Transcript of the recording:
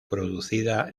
producida